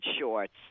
shorts